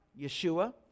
Yeshua